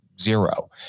zero